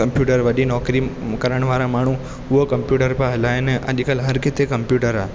computer वॾी नौकिरी करण वारा माण्हू उहे कम्पयूटर पिया हलाइनि अॼुकल्ह हर किथे कम्पयूटर आहे